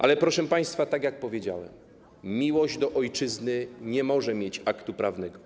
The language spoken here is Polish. Ale, proszę państwa, tak jak powiedziałem, miłość do ojczyzny nie może mieć aktu prawnego.